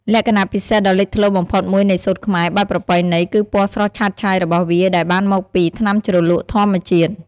លក្ខណៈពិសេសដ៏លេចធ្លោបំផុតមួយនៃសូត្រខ្មែរបែបប្រពៃណី គឺពណ៌ស្រស់ឆើតឆាយរបស់វាដែលបានមកពី ថ្នាំជ្រលក់ធម្មជាតិ។